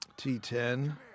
T10